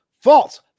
False